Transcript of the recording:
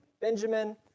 Benjamin